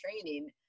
training